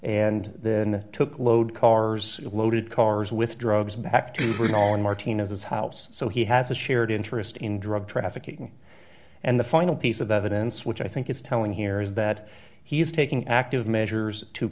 and then took load cars loaded cars with drugs back to britain on martinez's house so he has a shared interest in drug trafficking and the final piece of evidence which i think it's telling here is that he's taking active measures to